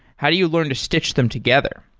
how do you learn to stitch them together?